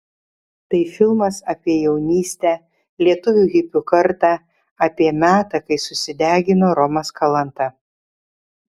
tai filmas apie jaunystę lietuvių hipių kartą apie metą kai susidegino romas kalanta